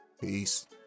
peace